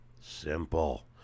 Simple